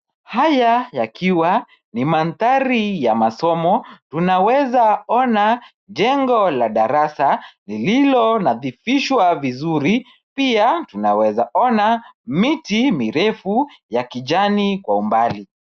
Haya yakiwa ni mandhari ya masomo unaweza ona jengo la darasa lililoladhifishwa vizuri pia tunaeza ona miti mirefu ya kijani kwa umbali.